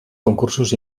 concursos